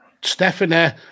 Stephanie